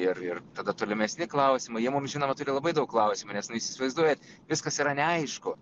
ir ir tada tolimesni klausimai jie mums žinoma turi labai daug klausimų nes nu jūs įsivaizduojat viskas yra neaišku